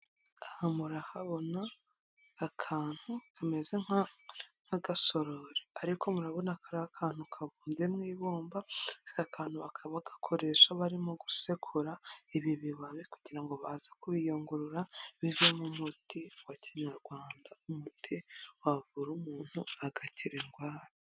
Aha murahabona akantu kameze nk'agasorori ariko murabona ko ari akantu kabumbye mu ibumba, aka kantu bakaba bagakoresha barimo gusekura ibi bibabi kugira ngo baza kubiyungurura bivemo umuti wa kinyarwanda. Umuti wavura umuntu agakira indwara.